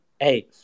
Hey